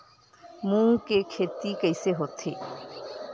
मूंग के खेती कइसे होथे?